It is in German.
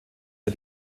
für